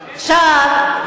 שיצביעו אתנו.